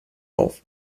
auf